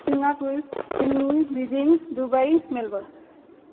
Singapore Sydney Beijing Dubai Melbourne